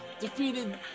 defeated